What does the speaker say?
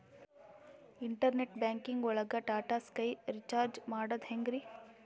Internet banking ಒಳಗ್ Tata Sky recharge ಮಾಡದ್ ಹೆಂಗ್ರೀ?